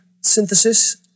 synthesis